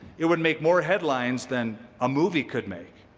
it would make more headlines than a movie could make.